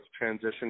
transition